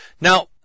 Now